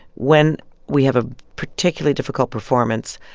when we have a particularly difficult performance,